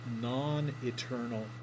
non-eternal